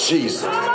Jesus